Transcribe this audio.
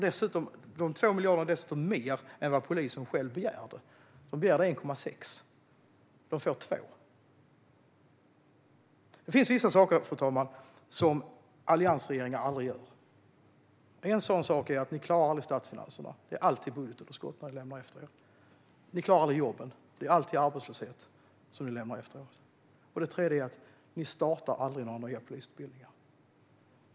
De 2 miljarderna är dessutom mer än vad polisen själv har begärt. De begärde 1,6 och får 2. Fru talman! Det finns vissa saker som alliansregeringar aldrig gör. Ni klarar aldrig statsfinanserna utan lämnar alltid budgetunderskott efter er. Ni klarar aldrig jobben utan lämnar alltid arbetslöshet efter er. Ni startar aldrig några nya polisutbildningar.